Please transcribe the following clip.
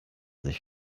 sich